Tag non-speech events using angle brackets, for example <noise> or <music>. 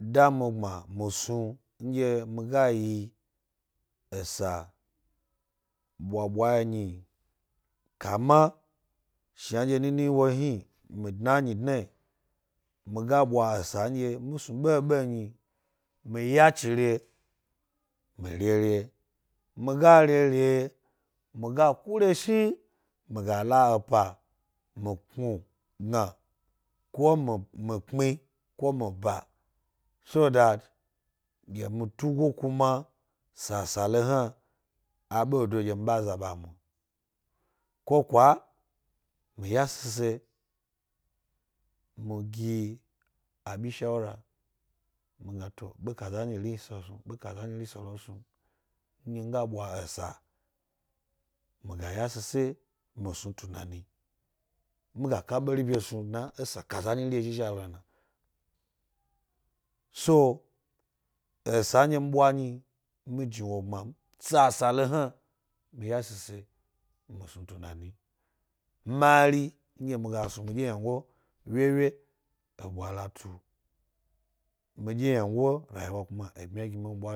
Da mi gbma mi snu nɗye miga yi esa bwabwa nyi kama shanɗye nini wo hni, midna miga ɓwa esa nɗye misnu ɓeɓe nyi, mi ya chire mi rere. Mi ga rere, mi ga ku reshn, mi ga la epa <unintelligible> ko mi p mi ko mi b. so that gi mi, tugo kumasasale hna aɓedo ɗye mi ɓa za ɓa mu, ko ukwa mi ya shies mi gi abi shawwa mi gna to be kazanyiri snu nyi-ɓe kaza nyiri snu nyi. Ndye mi ga ɓwa esa mi ga yashise mi snu tunani mi ga kaberibye snu sna esa kaza nyi nɗye mi ɓwa nyi, mi ini wo gbma m. sasale ina mi ya shies mi snu tunani mari nɗye mi ga snu miɗye ynango,